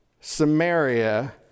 Samaria